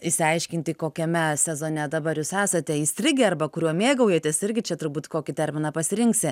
išsiaiškinti kokiame sezone dabar jūs esate įstrigę arba kuriuo mėgaujatės irgi čia turbūt kokį terminą pasirinksi